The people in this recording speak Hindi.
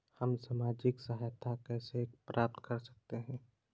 हम सामाजिक सहायता कैसे प्राप्त कर सकते हैं?